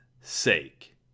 sake